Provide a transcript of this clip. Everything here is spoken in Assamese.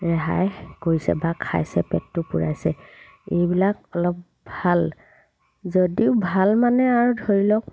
ৰেহাই কৰিছে বা খাইছে পেটটো পোৰাইছে এইবিলাক অলপ ভাল যদিও ভাল মানে আৰু ধৰি লওক